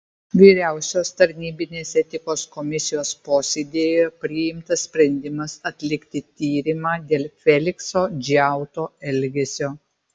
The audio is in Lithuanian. vyriausios tarnybinės etikos komisijos posėdyje priimtas sprendimas atlikti tyrimą dėl felikso džiauto elgesio